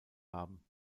haben